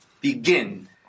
begin